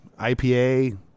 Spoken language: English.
ipa